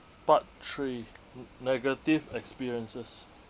part three n~ negative experiences